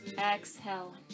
Exhale